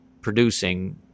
producing